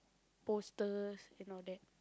posters and all that